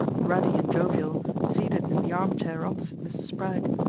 ruddy and jovial, seated in the arm-chair opposite mrs. spragg,